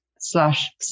slash